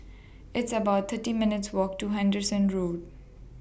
It's about thirty minutes' Walk to Henderson Road